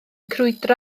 crwydro